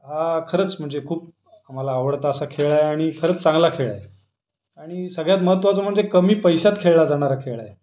हा खरंच म्हणजे खूप मला आवडता असा खेळ आहे आणि खरंच चांगला खेळ आहे आणि सगळ्यात महत्त्वाचं म्हणजे कमी पैशात खेळला जाणारा खेळ आहे